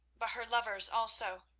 but her lovers also,